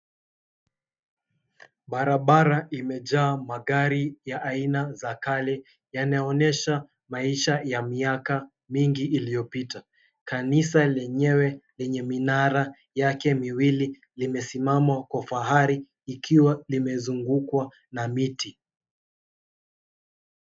Barabara imejaa magari ya aina za kale, yanayoonyesha maisha ya miaka mingi iliyopita. Kanisa lenyewe lenye minara yake miwili limesimama kwa fahari ikiwa limezungukwa na miti.